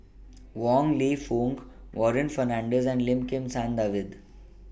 Wong Lew Foong Warren Fernandez and Lim Kim San David